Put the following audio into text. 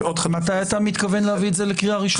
מתי אתה מתכוון להביא את זה לקריאה הראשונה?